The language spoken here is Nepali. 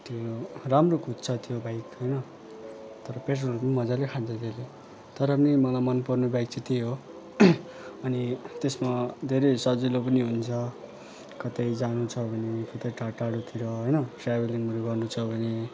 त्यो राम्रो कुद्छ त्यो बाइक होइन तर पेट्रोलहरू पनि मजाले खान्छ त्यसले तर नि मलाई मनपर्ने बाइक चाहिँ त्यही हो अनि त्यसमा धेरै सजिलो पनि हुन्छ कतै जानु छ भने कतै टाढोटाढोतिर होइन ट्राभलिङहरू गर्नुछ भने